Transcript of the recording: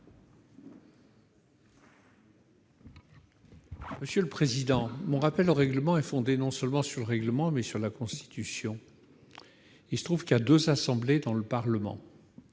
Monsieur le président, mon intervention se fonde non seulement sur le règlement, mais aussi sur la Constitution. Il se trouve qu'il y a deux assemblées dans le Parlement.